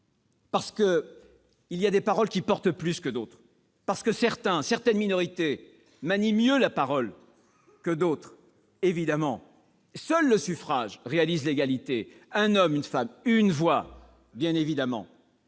car il y a des paroles qui portent plus que d'autres : certains, certaines minorités, manient mieux la parole que d'autres. Seul le suffrage réalise l'égalité : un homme, une femme, une voix. Exactement